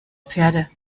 pferde